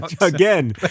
again